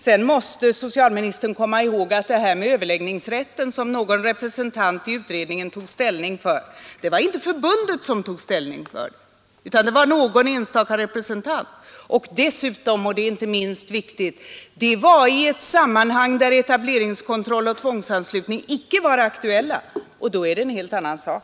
Sedan måste socialministern komma ihåg att det var en enstaka representant i utredningen och inte förbundet som tog ställning när det gällde överläggningsrätten. Det skedde dessutom i ett sammanhang då etableringskontroll och tvångsanslutning ännu icke var aktuella, och då är det en helt annan sak.